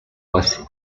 base